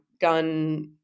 gun